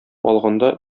алганда